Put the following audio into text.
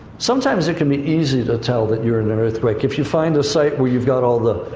sometimes it can be easy to tell that you're in the earthquake. if you find a site where you've got all the,